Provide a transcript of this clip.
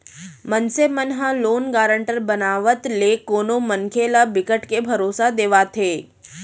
मनसे मन ह लोन गारंटर बनावत ले कोनो मनखे ल बिकट के भरोसा देवाथे